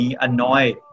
annoy